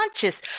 conscious